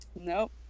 Nope